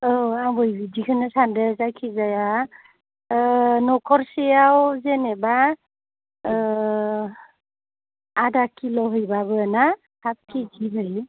औ आंबो बिदिखौनो सान्दों जायखिजाया न'खरसेयाव जेनेबा आदा किल' होयोबाबो ना साथ केजि जायो